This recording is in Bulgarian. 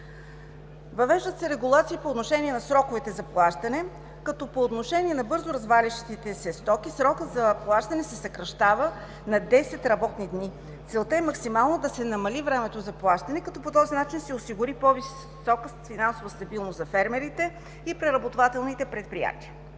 Въвеждат се регулации по отношение на сроковете за плащане, като по отношение на бързо развалящите се стоки срокът за плащане се съкращава на 10 работни дни. Целта е максимално да се намали времето за плащане, като по този начин се осигури по-висока финансова стабилност за фермерите и преработвателните предприятия.